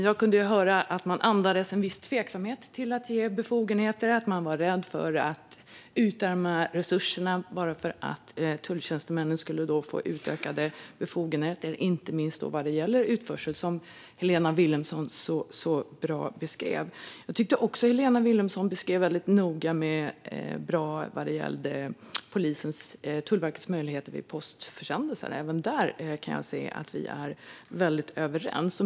Jag kunde höra att man andades en viss tveksamhet till att ge befogenheter och att man var rädd för att utarma resurserna för att tulltjänstemännen skulle få utökade befogenheter, inte minst vad gäller utförsel, vilket Helena Vilhelmsson beskrev bra. Jag tyckte också att Helena Vilhelmsson beskrev Tullverkets möjligheter vid postförsändelser väldigt bra. Även där kan jag se att vi är väldigt överens.